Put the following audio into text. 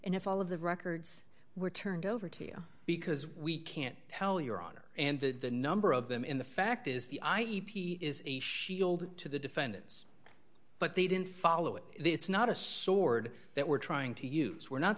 and if all of the records were turned over to you because we can't tell your honor and the number of them in the fact is the i e p is a shield to the defendants but they didn't follow it it's not a sword that we're trying to use we're not